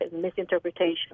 misinterpretation